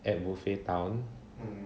at buffet town